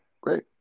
Great